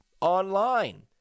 online